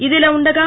ఇదిలా ఉండగా